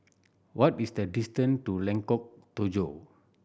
what is the distance to Lengkok Tujoh